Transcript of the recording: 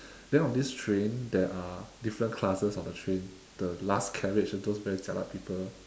then on this train there are different classes on the train the last carriage are those very jialat people